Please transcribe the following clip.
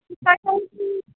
जखन कि